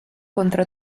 contro